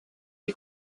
est